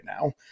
now